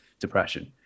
depression